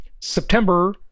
September